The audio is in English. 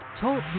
Talk